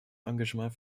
engagement